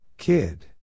Kid